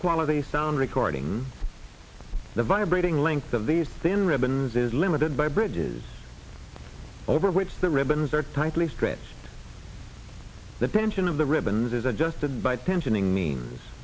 quality sound recording the vibrating length of these thin ribbons is limited by bridges over which the ribbons are tightly stretched the pension of the ribbons is adjusted by tensioning means